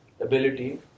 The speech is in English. ability